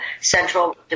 central